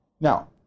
Now